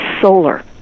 solar